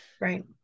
right